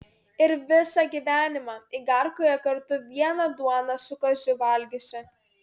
ir visą gyvenimą igarkoje kartu vieną duoną su kaziu valgiusi